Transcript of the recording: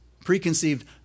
preconceived